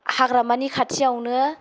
हाग्रामानि खाथियावनो